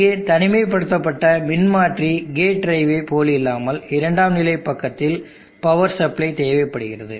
இங்கு தனிமைப்படுத்தப்பட்ட மின்மாற்றி கேட் டிரைவைப் போலில்லாமல் இரண்டாம் நிலை பக்கத்தில் பவர் சப்ளை தேவைப்படுகிறது